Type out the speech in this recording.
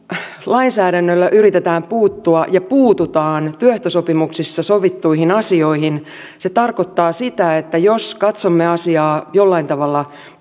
lainsäädännöllä yritetään puuttua ja puututaan työehtosopimuksissa sovittuihin asioihin se tarkoittaa sitä että jos katsomme asiaa jollain tavalla